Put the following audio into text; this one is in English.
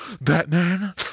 Batman